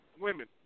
women